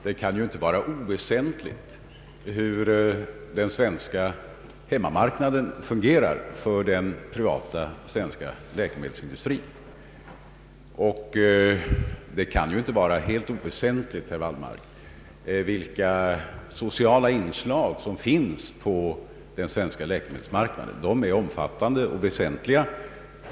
Det kan ju inte vara oväsentligt för den privata svenska läkemedelsindustrin hur den svenska hemmamarknaden fungerar, och det kan ju inte vara helt oväsentligt, herr Wallmark, vilka sociala inslag som finns på den svenska läkemedelsmarknaden. De är omfattande och betydelsefulla.